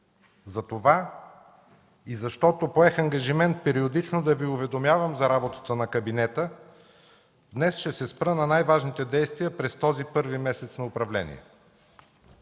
Затова и защото поех ангажимент периодично да Ви уведомявам за работата на кабинета, днес ще се спра на най-важните действия през този първи месец на управление.